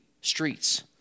streets